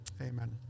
amen